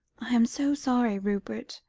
i am so sorry, rupert,